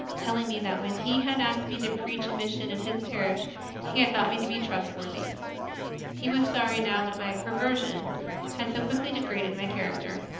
telling me that when he had asked me to preach a mission in his parish he had thought me to be trustworthy he was sorry now that my per version had so quickly degraded my character.